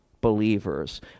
Believers